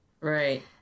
Right